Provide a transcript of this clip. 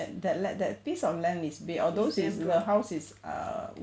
that that like that piece of land is belongs to the house is err